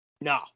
No